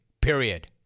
Period